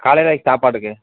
காலையில் சாப்பாட்டுக்கு